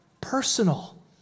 personal